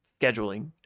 scheduling